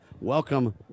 Welcome